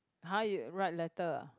!huh! you write letter ah